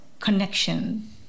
connection